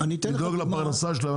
לדאוג לפרנסה שלהם,